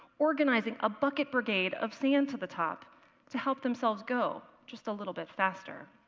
organizing a bucket brigade of sand to the top to help themselves go just a little bit faster.